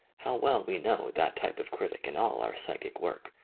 how well we know that type of critic in all our psychic iwork,